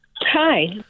Hi